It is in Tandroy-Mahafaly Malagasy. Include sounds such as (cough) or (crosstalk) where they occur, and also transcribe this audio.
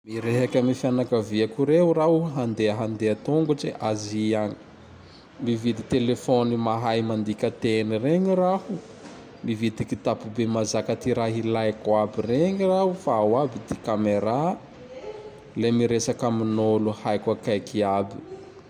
(noise) Mirehake (noise) am fianakaviako (noise) reo raho (noise) handea (noise) andeha (noise) tongotse Azia agny. (noise) Mividy (noise) telefôny mahay mandika teny regny raho. (noise) (noise) Mividy (noise) kitapo be (noise) mazaka (noise) ty raha (noise) ilaiko aby (noise) regny (noise) raho fa ao aby ty Kamerà. (noise) Le miresaky amin'olo haiko aby.